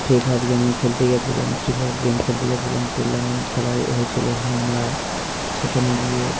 free Fire গেমে খেলতে গিয়েছিলাম ফ্রি ফায়ার গেম খেলতে গিয়েছিলাম টুর্নামেন্ট খেলায় হয়েছিল হোমড়ায় সেখানে গিয়ে